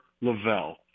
Lavelle